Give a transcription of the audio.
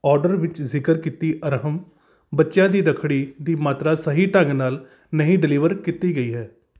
order ਵਿੱਚ ਜ਼ਿਕਰ ਕੀਤੀ ਅਰਹਮ ਬੱਚਿਆਂ ਦੀ ਰੱਖੜੀ ਦੀ ਮਾਤਰਾ ਸਹੀ ਢੰਗ ਨਾਲ ਨਹੀਂ ਡਿਲੀਵਰ ਕੀਤੀ ਗਈ ਹੈ